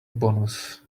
bonus